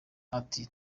ati